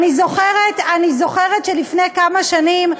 אני זוכרת שלפני כמה שנים,